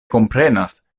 komprenas